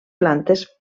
plantes